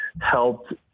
helped